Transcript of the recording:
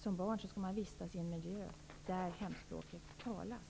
Som barn bör man vistas i en miljö där ens hemspråk talas.